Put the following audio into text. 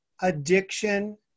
addiction